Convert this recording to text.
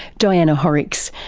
diana horrex,